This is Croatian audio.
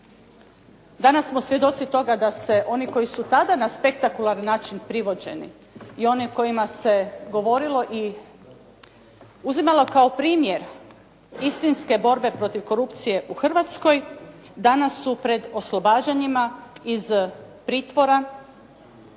Danas smo svjedoci toga da se oni koji su tada na spektakularan način privođeni i oni o kojima se govorilo i uzimalo kao primjer istinske borbe protiv korupcije u Hrvatskoj danas su pred oslobađanjima iz pritvora